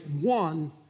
one